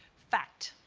fact.